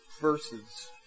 verses